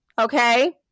okay